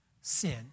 sin